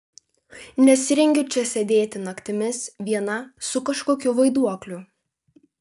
nesirengiu čia sėdėti naktimis viena su kažkokiu vaiduokliu